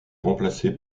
remplacé